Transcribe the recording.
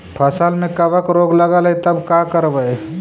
फसल में कबक रोग लगल है तब का करबै